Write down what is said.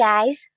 Guys